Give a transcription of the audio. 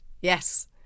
Yes